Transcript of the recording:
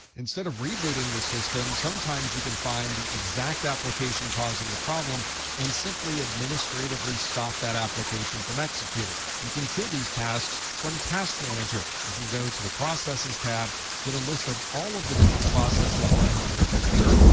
instead of rebooting the system, sometimes you can find the exact application causing the problem and simply administratively stop that application from executing. you can kill these tasks from task manager. you can go to the processes tab, get a list of all of the different processes running on your computer,